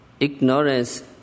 Ignorance